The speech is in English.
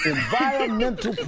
Environmental